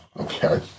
Okay